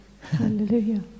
Hallelujah